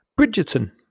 Bridgerton